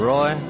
Roy